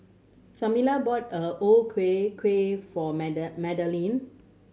Tamela bought O Ku Kueh for Madaline